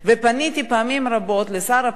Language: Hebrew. פניתי פעמים רבות לשר הפנים,